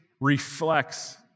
reflects